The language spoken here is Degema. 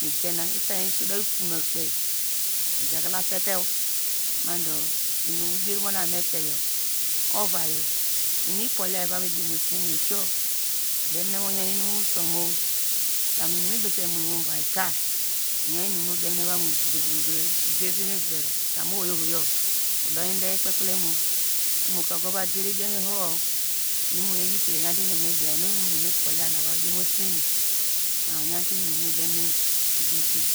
Migena itany yor isoda torna kpei me gaglasete madu odier monameteyo inunu opohya ivumidiomo some yor udemine moya inu som ka mu ibise mu mouvaika oyan inum nu odemene vamu mene, kam ohoyo udote kpekpi lemmo omoka ogovadere idiom ihoho matubo imoyor eyite eyen inu me diya, iyor nu omene opohya na oga diomosomu kpedu